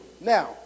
Now